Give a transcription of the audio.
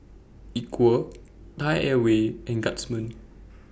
Equal Thai Airways and Guardsman